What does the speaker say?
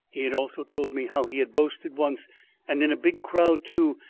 he had also told me how he had boasted once, and in a big crowd, too,